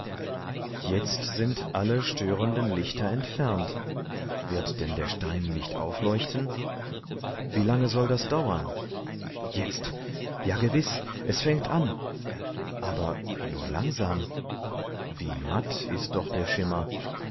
jetzt sind alle störenden lichter entfernt wird denn der stein nicht aufleuchten wie lange soll das dauern jetzt ja gewiß es fängt an aber nur langsam wie matt ist doch der schimmer